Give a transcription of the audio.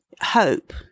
hope